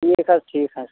ٹھیٖک حظ ٹھیٖک حظ